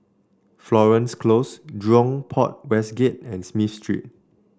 Florence Close Jurong Port West Gate and Smith Street